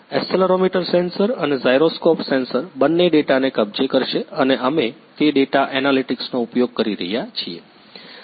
accelerometer sensor અને gyroscope sensor બંને ડેટાને કબજે કરશે અને અમે તે ડેટા એનાલિટિક્સનો ઉપયોગ કરી રહ્યાં છીએ